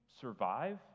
survive